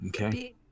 okay